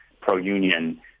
pro-Union